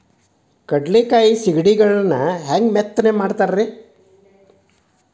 ಕಡಲೆಕಾಯಿ ಸಿಗಡಿಗಳನ್ನು ಹ್ಯಾಂಗ ಮೆತ್ತನೆ ಮಾಡ್ತಾರ ರೇ?